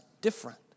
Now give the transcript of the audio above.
different